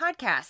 Podcast